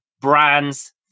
brands